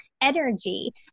energy